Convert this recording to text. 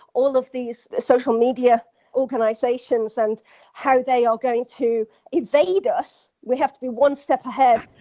all of these social media organizations and how they are going to evade us. we have to be one step ahead,